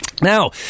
Now